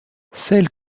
celle